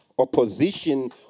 opposition